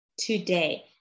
today